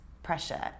pressure